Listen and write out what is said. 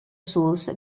source